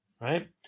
right